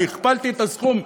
אני הכפלתי את הסכום,